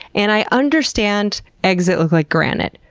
and i understand eggs that look like granite.